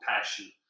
passion